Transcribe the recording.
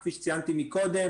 כפי שציינתי מקודם,